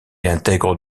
intègre